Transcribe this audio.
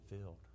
filled